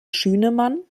schünemann